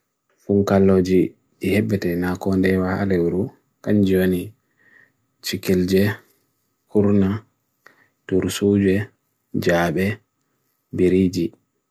Fungalwji, ihebte na konde wa ale uru kanjwani chikilje, koruna, tur suje, jabhe, biriji.